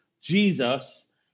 Jesus